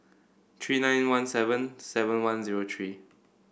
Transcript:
three nine one seven seven one zero three